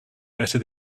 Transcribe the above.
better